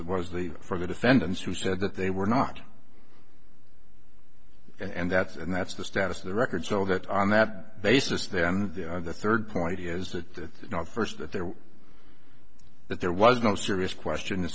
that was the for the defendants who said that they were not and that's and that's the status of the record so that on that basis then the third point is that you know first that there was that there was no serious question